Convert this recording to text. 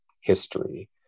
history